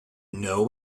know